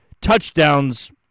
touchdowns